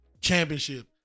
championship